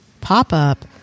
pop-up